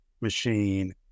machine